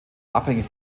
abhängig